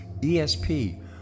ESP